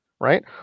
right